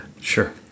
Sure